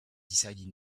decided